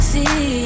See